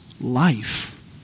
life